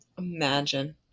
Imagine